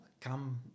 come